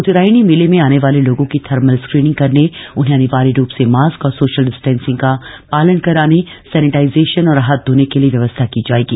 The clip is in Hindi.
उतरायणी मेले में आने वाले लोगों की थर्मल स्क्रीनिंग करने उन्हें अनिवार्य रूप से मास्क और सोशल डिस्टेंसिंग का पालन कराने सैनेटाइजेशन और हाथ धोने के लिए व्यवस्था की जाएगी